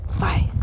bye